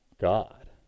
God